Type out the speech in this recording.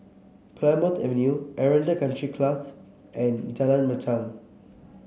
Plymouth Avenue Aranda Country Club and Jalan Machang